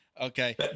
Okay